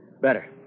Better